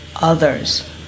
others